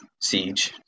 siege